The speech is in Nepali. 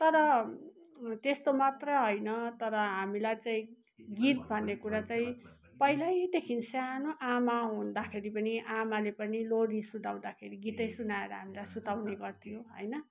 तर त्यस्तो मात्र होइन तर हामीलाई चाहिँ गीत भन्ने कुरा चाहिँ पहिल्यैदेखि सानो आमा हुँदाखेरि पनि आमाले पनि लोरी सुनाउँदाखेरि गीतै सुनाएर हामीलाई सुताउने गर्थ्यो होइन